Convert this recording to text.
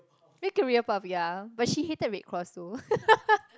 career path ya but she hated red cross so